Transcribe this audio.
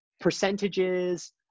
percentages